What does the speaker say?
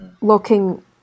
looking